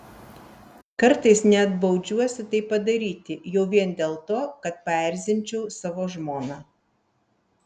kartais net baudžiuosi tai padaryti jau vien dėl to kad paerzinčiau savo žmoną